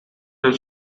del